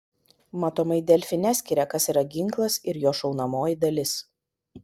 matomai delfi neskiria kas yra ginklas ir jo šaunamoji dalis